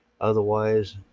Otherwise